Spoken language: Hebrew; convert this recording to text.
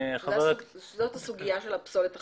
שזאת סוגיה של הפסולת החקלאית.